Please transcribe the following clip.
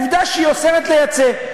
עובדה שהיא אוסרת לייצא.